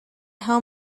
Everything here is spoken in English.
how